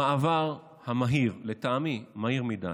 המעבר המהיר, לטעמי מהיר מדי,